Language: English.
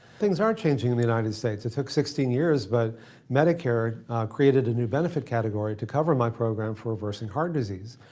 things are changing in the united states. it took sixteen years but medicare created a new benefit category to cover my program for reversing heart disease.